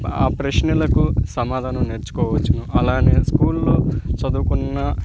ఆ ప్రశ్నలకు సమాధానం నేర్చుకోవచ్చును అలానే స్కూల్లో చదువ్కున్న